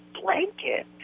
blanket